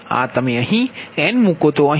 આ તમે અહીં n મૂકો તો અહીંથી InIaIbIcછે